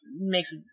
makes